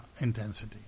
intensity